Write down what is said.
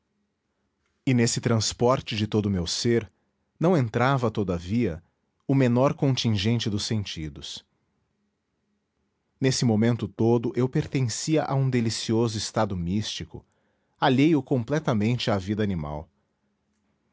e nesse transporte de todo o meu ser não entrava todavia o menor contingente dos sentidos nesse momento todo eu pertencia a um delicioso estado místico alheio completamente à vida animal